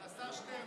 אבל השר שטרן,